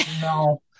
no